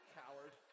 coward